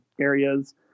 areas